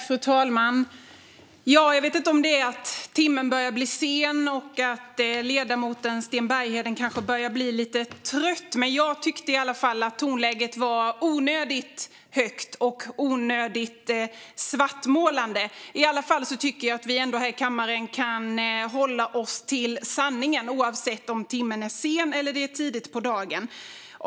Fru talman! Jag vet inte om det är att timmen börjar bli sen och att ledamoten Sten Bergheden kanske börjar bli lite trött, men jag tyckte i alla fall att tonläget var onödigt högt och onödigt svartmålande. I alla fall tycker jag att vi här i kammaren kan hålla oss till sanningen, oavsett om timmen är sen eller om det är tidigt på dagen.